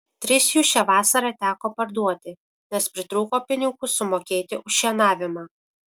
tris jų šią vasarą teko parduoti nes pritrūko pinigų sumokėti už šienavimą